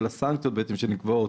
של הסנקציות שנקבעות